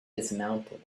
dismounted